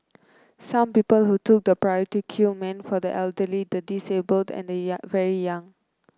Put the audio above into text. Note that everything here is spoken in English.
some people who took the priority queue meant for the elderly the disabled and the young very young